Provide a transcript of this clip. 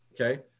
Okay